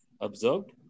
observed